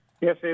Yes